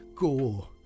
Go